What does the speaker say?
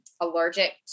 allergic